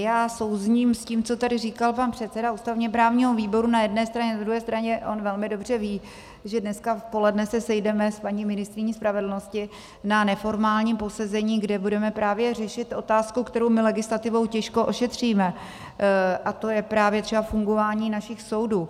Já souzním s tím, co tady říkal pan předseda ústavněprávního výboru na jedné straně, na druhé straně on velmi dobře ví, že dneska odpoledne se sejdeme s paní ministryní spravedlnosti na neformálním posezení, kde budeme právě řešit otázku, kterou my legislativou těžko ošetříme, a to je právě třeba fungování našich soudů.